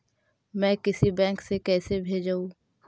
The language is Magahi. मैं किसी बैंक से कैसे भेजेऊ